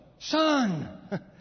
Son